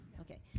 Okay